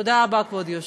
תודה רבה, כבוד היושב-ראש.